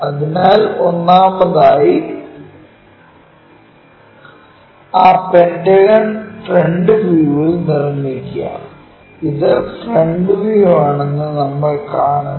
അതിനാൽ ഒന്നാമതായി ആ പെന്റഗൺ ഫ്രണ്ട് വ്യൂവിൽ നിർമ്മിക്കുക ഇത് ഫ്രണ്ട് വ്യൂ ആണെന്ന് നമ്മൾ കാണുന്നു